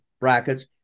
brackets